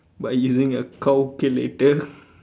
by using a cowculator